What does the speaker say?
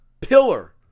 pillar